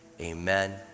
amen